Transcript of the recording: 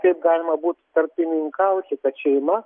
kaip galima būtų tarpininkauti kad šeima